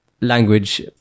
language